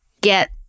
get